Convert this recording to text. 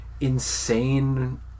insane